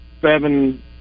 seven